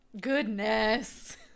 goodness